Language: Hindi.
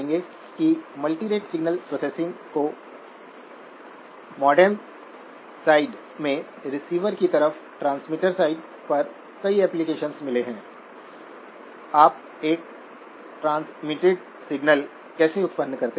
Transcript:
और इंक्रीमेंटल पिक्चर में हमारे पास ट्रांजिस्टर vGS है जहा सोर्स ग्राउंड से शॉर्ट है